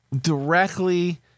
directly